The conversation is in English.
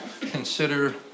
consider